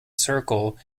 circle